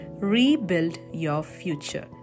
rebuildyourfuture